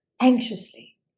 anxiously